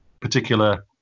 particular